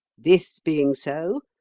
this being so,